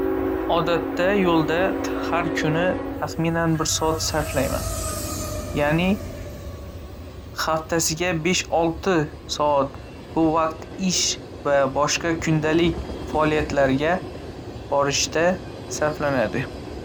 Odatda yo‘lda har kuni taxminan bir soat sarflayman, ya'ni haftasiga besh olti soat. Bu vaqt ish va boshqa kundalik faoliyatlarga borishda sarflanadi.